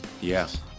Yes